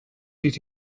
did